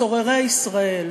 צוררי ישראל.